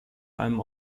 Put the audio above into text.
einem